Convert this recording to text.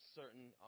certain